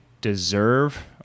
deserve